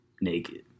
Naked